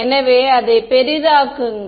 எனவே அதை பெரிதாக்குங்கள்